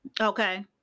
okay